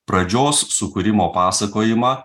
pradžios sukūrimo pasakojimą